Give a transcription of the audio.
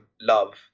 love